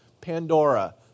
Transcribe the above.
Pandora